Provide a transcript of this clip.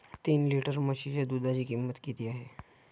तीन लिटर म्हशीच्या दुधाची किंमत किती आहे?